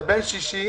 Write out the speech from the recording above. זה בן שישי.